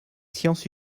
sciences